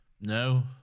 No